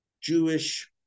Jewish